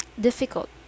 difficult